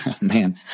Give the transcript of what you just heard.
man